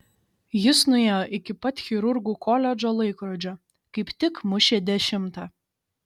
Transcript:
jis nuėjo iki pat chirurgų koledžo laikrodžio kaip tik mušė dešimtą